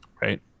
Right